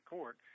Court